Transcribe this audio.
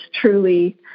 truly